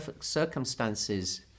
circumstances